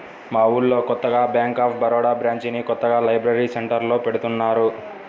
మా ఊళ్ళో కొత్తగా బ్యేంక్ ఆఫ్ బరోడా బ్రాంచిని కొత్తగా లైబ్రరీ సెంటర్లో పెడతన్నారు